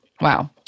wow